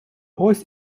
ось